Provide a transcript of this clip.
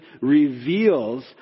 reveals